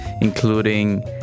including